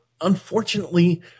unfortunately